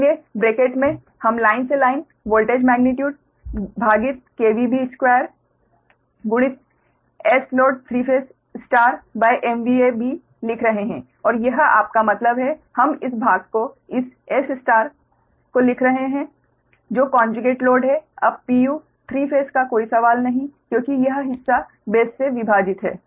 इसलिए ब्रैकेट में हम लाइन से लाइन वोल्टेज मेग्नीट्यूड भागित 2 गुणित Sload3ϕMVAB लिख रहे हैं और यह आपका मतलब है हम इस भाग को इस S स्टार को लिख रहे हैं जो कोंजुगेट लोड है अब pu 3 फेस का कोई सवाल नहीं क्योंकि यह हिस्सा बेस से विभाजित है